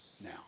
now